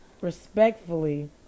Respectfully